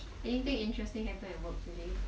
anything interesting happened at work today